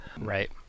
right